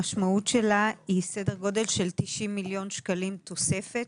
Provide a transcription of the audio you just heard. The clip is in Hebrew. המשמעות שלה היא סדר גודל של 90 מיליון שקלים תוספת.